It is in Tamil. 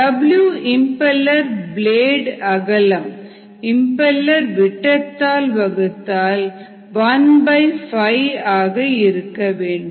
W இம்பெலர் பிளேடு அகலம் இம்பெலர் விட்டத்தால் வகுத்தால் ⅕ ஆக இருக்க வேண்டும்